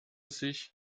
sich